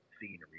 scenery